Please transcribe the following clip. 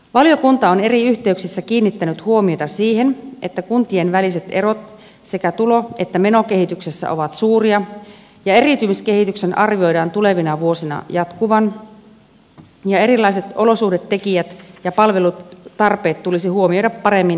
valiokunta on eri yhteyksissä kiinnittänyt huomiota siihen että kuntien väliset erot sekä tulo että menokehityksessä ovat suuria ja eriytymiskehityksen arvioidaan tulevina vuosina jatkuvan ja erilaiset olosuhdetekijät ja palvelutarpeet tulisi huomioida paremmin valtionosuusjärjestelmässä